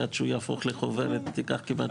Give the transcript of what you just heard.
שעד שהוא יהפוך לחוברת ייקח כמעט שנה.